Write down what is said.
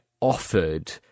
offered